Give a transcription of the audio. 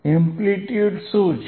amplitude શું છે